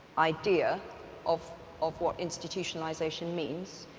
idea of of what institutionalization means,